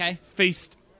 feast